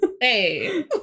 Hey